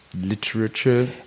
literature